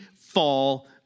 fall